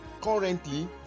Currently